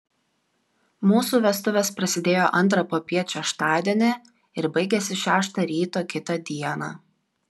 mūsų vestuvės prasidėjo antrą popiet šeštadienį ir baigėsi šeštą ryto kitą dieną